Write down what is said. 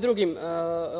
drugim oblicima